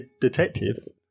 detective